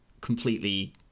completely